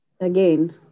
Again